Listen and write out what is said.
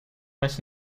must